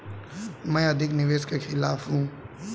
मैं अधिक निवेश के खिलाफ हूँ